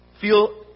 feel